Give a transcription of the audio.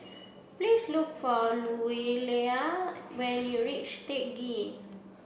please look for Louella when you reach Teck Ghee